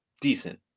decent